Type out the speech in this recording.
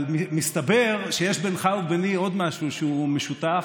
אבל מסתבר שיש בינך לביני עוד משהו שהוא משותף,